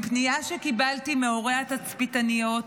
מפנייה שקיבלתי מהורי התצפיתניות